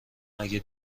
مگه